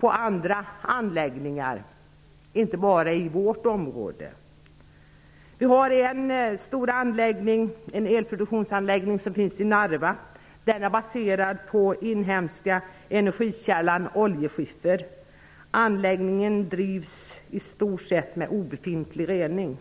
som kan göras i anläggningar inte bara i det egna området. Som exempel kan jag nämna den stora elproduktionsanläggningen i Narva. Den är baserad på den inhemska energikällan oljeskiffer. Anläggningen drivs med i stort sett obefintlig rening.